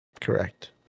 correct